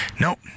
Nope